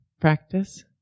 practice